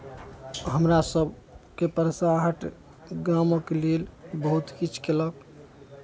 हमरा सभके परसा हाट गामक लेल बहुत किछु कयलक